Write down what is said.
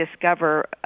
discover